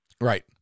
Right